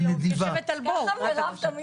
ששני המשרדים